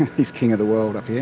he's king of the world up yeah